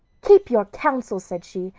keep your counsel, said she,